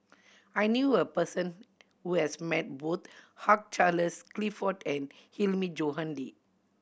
I knew a person who has met both Hug Charles Clifford and Hilmi Johandi